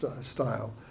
style